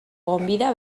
gonbita